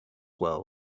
world